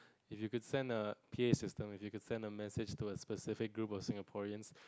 if you could send a P_A system if you could send a message to a specific group of Singaporeans